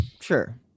Sure